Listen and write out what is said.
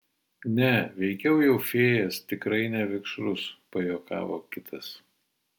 ne veikiau jau fėjas tikrai ne vikšrus pajuokavo kitas